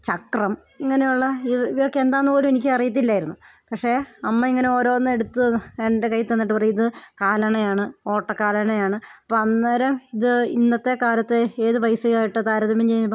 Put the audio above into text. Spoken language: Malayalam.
ചക്രം ഇങ്ങനെയുള്ള ഈ ഇവയൊക്കെ എന്താണെന്നു പോലും എനിക്ക് അറിയത്തില്ലായിരുന്നു പക്ഷെ അമ്മ ഇങ്ങനെ ഓരോന്നെടുത്ത് എൻ്റെ കയ്യിൽ തന്നിട്ട് പറയും ഇതു കാലണയാണ് ഓട്ടക്കാലണയാണ് അപ്പം അന്നേരം ഇത് ഇന്നത്തെക്കാലത്തെ ഏതു പൈസയായിട്ട് താരതമ്യം ചെയ്യുമ്പം